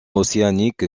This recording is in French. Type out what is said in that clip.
océanique